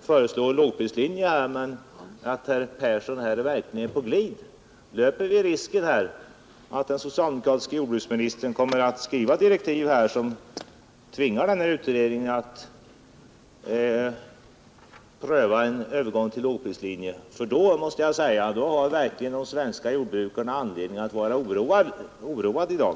föreslå en lågprislinje, men innebär det här verkligen att herr Persson är på glid? Löper vi risken att den socialdemokratiske jordbruksministern kommer att skriva direktiv som tvingar den här utredningen att pröva en övergång till lågprislinje? I så fall har de svenska jordbrukarna verkligen anledning att vara oroade i dag.